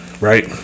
Right